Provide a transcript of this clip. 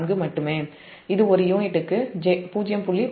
04 மட்டுமே இது ஒரு யூனிட்டுக்கு 0